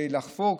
לחפור,